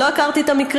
אני לא הכרתי את המקרה,